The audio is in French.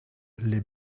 les